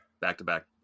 back-to-back